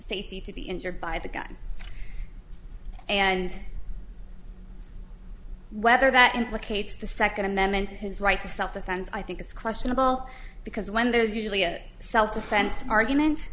safety to be injured by the gun and whether that implicates the second amendment his right to self defense i think it's questionable because when there is usually a self defense argument